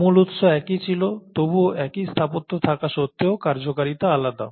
মূল উৎস একই ছিল তবু একই স্থাপত্য থাকা সত্ত্বেও কার্যকারিতা আলাদা